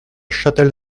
châtel